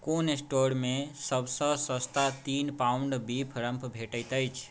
कोन स्टोरमे सबसँ सस्ता तीन पाउंड बीफ रम्प भेटैत अछि